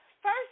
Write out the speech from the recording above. First